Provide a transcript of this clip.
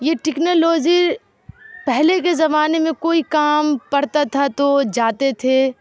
یہ ٹیکنالوزی پہلے کے زمانے میں کوئی کام پڑتا تھا تو جاتے تھے